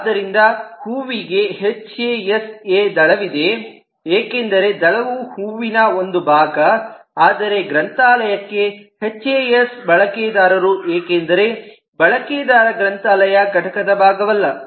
ಆದ್ದರಿಂದ ಹೂವಿಗೆ H A S A HAS A ದಳವಿದೆ ಏಕೆಂದರೆ ದಳವು ಹೂವಿನ ಒಂದು ಭಾಗ ಆದರೆ ಗ್ರಂಥಾಲಯಕ್ಕೆ ಹೆಚ್ಎಎಸ್ ಬಳಕೆದಾರರು ಏಕೆಂದರೆ ಬಳಕೆದಾರ ಗ್ರಂಥಾಲಯ ಘಟಕದ ಭಾಗವಲ್ಲ